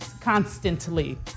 constantly